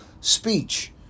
speech